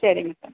சரிங்க சார்